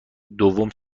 دوم